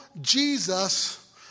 Jesus